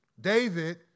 David